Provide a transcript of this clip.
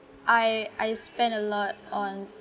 I I spend a lot on